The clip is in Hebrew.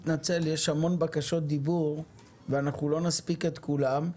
יש המון בקשות דיבור ולא נספיק הכול.